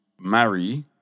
marry